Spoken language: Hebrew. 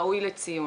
ראוי לציון.